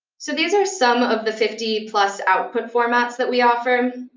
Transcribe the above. so these are some of the fifty plus output formats that we offer.